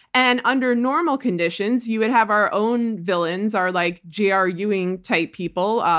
and under normal conditions, you would have our own villains, our, like, j. r. ewing type people,